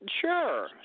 Sure